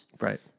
Right